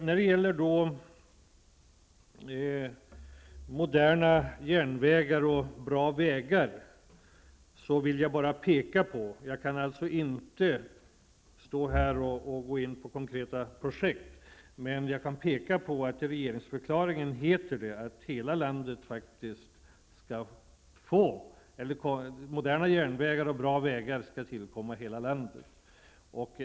När det gäller moderna järnvägar och bra vägar kan jag inte gå in på konkreta projekt, men jag kan peka på att det i regeringsförklaringen står att moderna järnvägar och bra vägar skall komma hela landet till del.